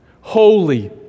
holy